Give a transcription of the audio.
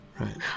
Right